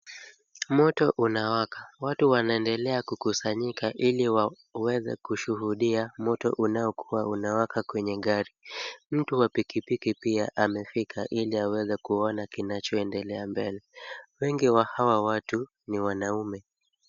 Moto unawaka. Watu wanaendelea kukusanyika, ili waweze kushuhudia moto unaokuwa unawaka kwenye gari. Mtu wa pikipiki pia amefika, ili aweze kuona kinacho endelea mbele. Wengi wa hawa watu ni wanaume.